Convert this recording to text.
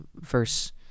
verse